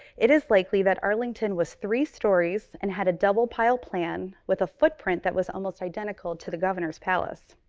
it is likely that arlington was three stories and had a double-pile plan with a footprint that was almost identical to the governor's palace.